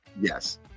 Yes